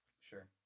sure